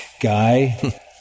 guy